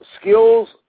skills